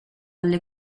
alle